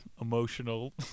emotional